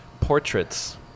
portraits